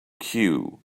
queue